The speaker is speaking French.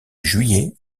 juillet